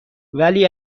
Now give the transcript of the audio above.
ولی